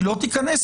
כי היא לא תיכנס פה.